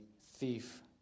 thief